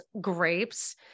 grapes